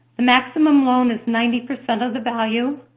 the maximum loan is ninety percent of the value,